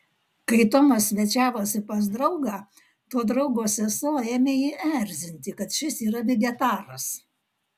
kai tomas svečiavosi pas draugą to draugo sesuo ėmė jį erzinti kad šis yra vegetaras